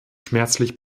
schmerzlich